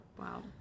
wow